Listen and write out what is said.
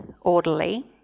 orderly